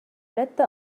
أردت